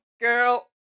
Girl